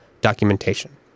documentation